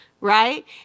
right